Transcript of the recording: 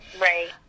Right